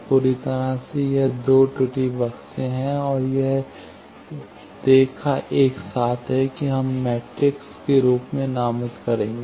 यह पूरी तरह से यह दो त्रुटि बक्से हैं और यह रेखा एक साथ है कि हम एल मैट्रिक्स के रूप में नामित करेंगे